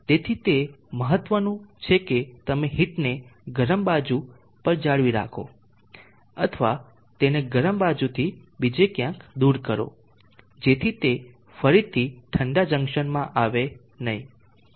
તેથી તે મહત્વનું છે કે તમે હીટને ગરમ બાજુ પર જાળવી રાખો અથવા તેને ગરમ બાજુથી બીજે ક્યાંક દૂર કરો જેથી તે ફરીથી ઠંડા જંકશનમાં ન આવે